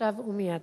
עכשיו ומייד.